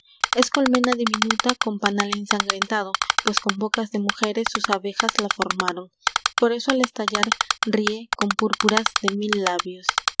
es colmena diminuta con panal ensangrentado pues con bocas de mujeres sus abejas la formaron por eso al estallar ríe con purpuras de mil labios